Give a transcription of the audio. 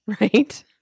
Right